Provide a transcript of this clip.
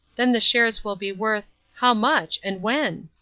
then the shares will be worth how much? and when?